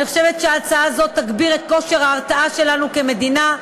אני חושבת שהצעה זו תגביר את כושר ההרתעה שלנו כמדינה,